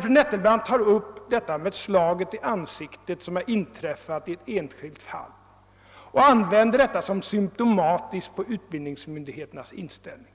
Fru Nettelbrandt nämnde ett enskilt fall, då en lärare blivit slagen i ansiktet, och hon ville framställa det som om handläggningen av detta fall var symtomatisk för utbildningsmyndigheternas inställning.